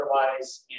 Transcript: otherwise